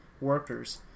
workers